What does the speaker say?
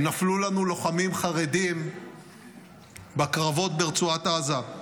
נפלו לנו לוחמים חרדים בקרבות ברצועת עזה.